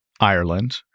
Ireland